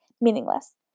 Meaningless